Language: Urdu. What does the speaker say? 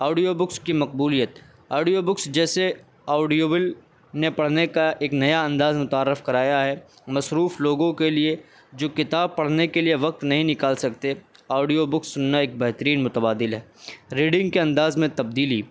آڈیو بکس کی مقبولیت آڈیو بکس جیسے آڈیو بل نے پڑھنے کا ایک نیا انداز متعارف کرایا ہے مصروف لوگوں کے لیے جو کتاب پڑھنے کے لیے وقت نہیں نکال سکتے اور آڈیو بکس سننا ایک بہترین متبادل ہے ریڈنگ کے انداز میں تبدیلی